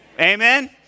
Amen